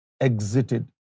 exited